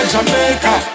Jamaica